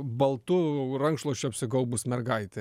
baltu rankšluosčiu apsigaubus mergaitė